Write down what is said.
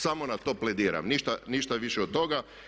Samo na to plediram, ništa više od toga.